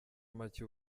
macye